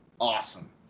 Awesome